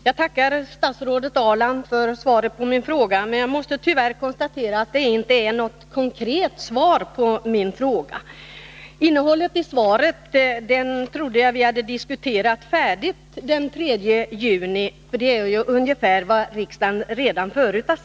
Herr talman! Jag tackar statsrådet Ahrland för svaret på min fråga, men jag måste tyvärr konstatera att det inte är något konkret svar på frågan. Innehållet i svaret trodde jag att vi hade diskuterat färdigt den 3 juni 1981, för det var ungefär vad riksdagen redan då sade.